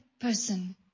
person